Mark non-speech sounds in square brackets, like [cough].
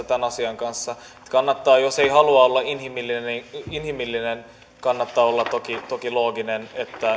[unintelligible] tämän asian kanssa jos ei halua olla inhimillinen niin kannattaa olla toki toki looginen